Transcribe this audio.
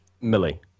Millie